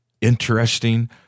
interesting